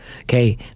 Okay